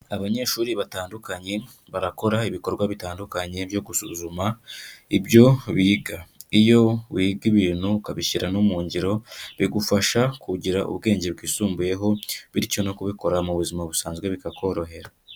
Abanyeshuri batandukanye barakora ibikorwa bitandukanye byo gusuzuma ibyo biga, iyo wiga ibintu ukabishyira no mu ngiro bigufasha kugira ubwenge bwisumbuyeho, bityo no kubikora mu buzima busanzwe bikakorohera.